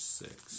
six